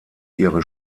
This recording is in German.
ihre